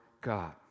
God